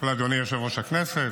אדוני יושב-ראש הכנסת,